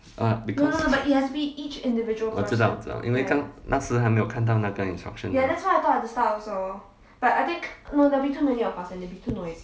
ah because 我知道知道那时还没有看到那个 insturction mah